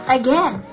again